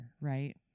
Right